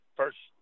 first